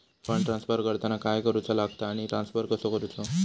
Fund transfer करताना काय करुचा लगता आनी ट्रान्स्फर कसो करूचो?